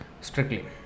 strictly